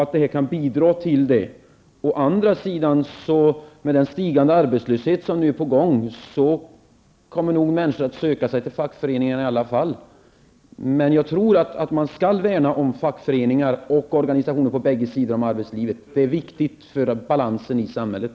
Dagens beslut kan bidra till det. Med den stigande arbetslöshet som nu är på gång söker sig å andra sidan människorna till fackföreningarna i alla fall. Jag tycker att man skall värna om fackföreningar och organisationer på bägge sidor av arbetslivet. Det är viktigt för balansen i samhället.